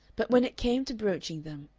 but when it came to broaching them,